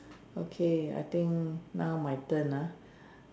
okay I think now my turn ah